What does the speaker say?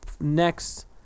next